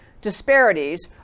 disparities